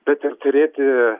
bet ir turėti